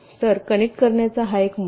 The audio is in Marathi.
तर कनेक्ट करण्याचा हा एक मार्ग आहे